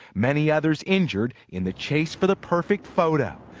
many others injured in the chase for the perfect photo.